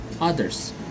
others